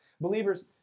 Believers